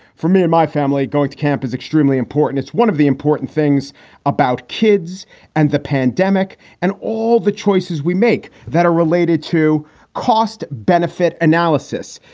for me and my family, going to camp is extremely important. it's one of the important things about kids and the pandemic and all the choices we make that are related to cost benefit analysis.